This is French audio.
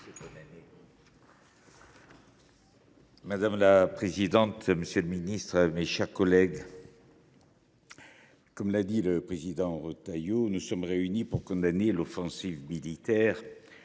Madame la présidente, monsieur le ministre, mes chers collègues, comme l’a dit le président Retailleau, nous sommes réunis pour condamner l’offensive militaire